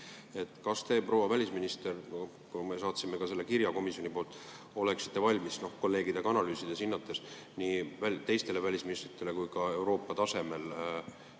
Kas teie, proua välisminister – me saatsime ka selle kirja komisjoni poolt –, oleksite valmis kolleegidega analüüsides, hinnates nii teistele välisministritele kui ka Euroopa tasemel